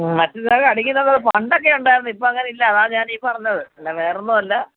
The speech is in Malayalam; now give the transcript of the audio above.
മ്മ് മറ്റൊരാൾക്ക് അടിക്കുന്നത് പണ്ടൊക്കെ ഉണ്ടായിരുന്നു ഇപ്പോൾ അങ്ങനെ ഇല്ല അതാ ഞാൻ ഈ പറഞ്ഞത് അല്ലാതെ വേറൊന്നും അല്ല